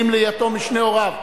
תגמולים ליתום משני הוריו),